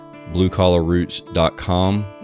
bluecollarroots.com